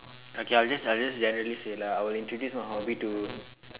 okay I will just I will just generally say lah I will introduce my hobby to